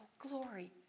glory